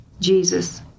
Jesus